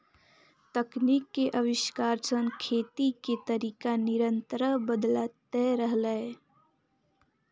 तकनीक के आविष्कार सं खेती के तरीका निरंतर बदलैत रहलैए